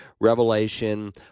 Revelation